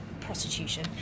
prostitution